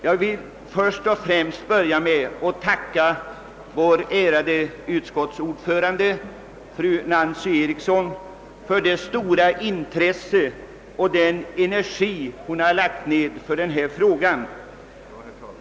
Jag vill då först börja med att tacka vår ärade utskottsordförande, fru Nancy Eriksson, för hennes stora intresse för denna fråga och all den energi hon har lagt ned på den.